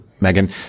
Megan